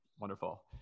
Wonderful